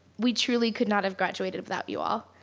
we truly could not have graduated without you all.